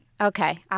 Okay